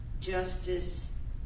Justice